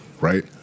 right